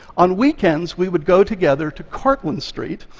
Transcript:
on weekends, we would go together to cortlandt street,